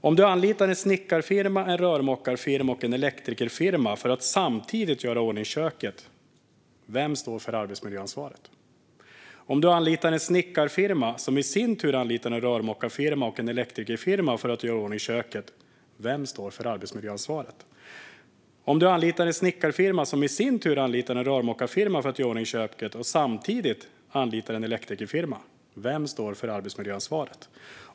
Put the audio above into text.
Om du anlitar en snickarfirma, en rörmokarfirma och en elektrikerfirma för att samtidigt göra i ordning köket, vem står för arbetsmiljöansvaret? Om du anlitar en snickarfirma som i sin tur anlitar en rörmokarfirma och en elektrikerfirma för att göra i ordning köket, vem står för arbetsmiljöansvaret? Om du anlitar en snickarfirma som i sin tur anlitar en rörmokarfirma för att göra i ordning köket och samtidigt anlitar en elektrikerfirma, vem står för arbetsmiljöansvaret?